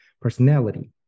Personality